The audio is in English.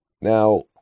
Now